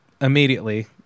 immediately